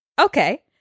Okay